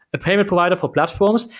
a payment provided for platforms,